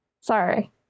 Sorry